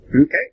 Okay